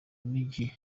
mujyi